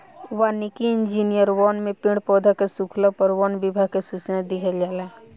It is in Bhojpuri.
वानिकी इंजिनियर वन में पेड़ पौधा के सुखला पर वन विभाग के सूचना दिहल जाला